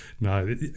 no